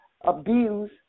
abuse